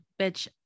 bitch